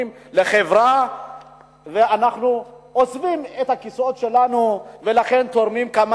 לחברה ואנחנו עוזבים את הכיסאות שלנו ולכן תורמים כמה